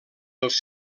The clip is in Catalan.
els